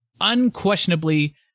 unquestionably